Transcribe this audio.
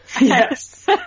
Yes